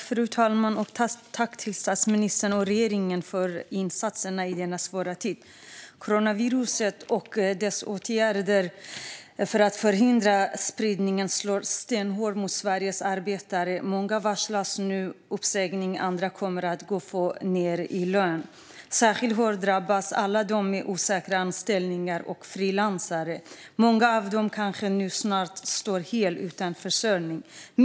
Fru talman! Tack, statsministern och regeringen, för insatserna i denna svåra tid! Coronaviruset och åtgärderna för att förhindra spridningen slår stenhårt mot Sveriges arbetare. Många varslas nu om uppsägning, och andra kommer att få gå ned i lön. Särskilt hårt drabbas alla med osäkra anställningar och frilansare. Många av dem kanske står helt utan försörjning snart.